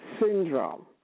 syndrome